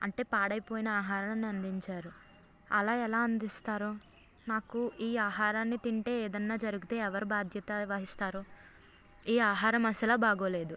అంటే పాడై పోయిన ఆహారాన్ని అందించారు అలా ఎలా అందిస్తారు నాకు ఈ ఆహారాన్ని తింటే ఏదైనా జరిగితే ఎవరు భాద్యత వహిస్తారు ఈ ఆహరం అస్సలు బాగోలేదు